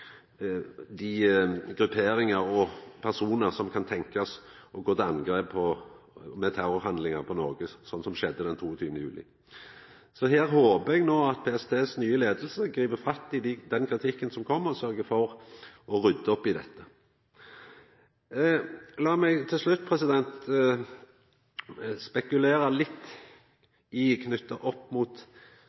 dei grupperingane og personane som kan tenkjast å gå til angrep på Noreg med terrorhandlingar, slik som det skjedde den 22. juli. Her håpar eg at PST si nye leiing grip fatt i kritikken som kjem, og sørgjer for å rydda opp i dette. Lat meg til slutt spekulera litt om noko som ikkje står i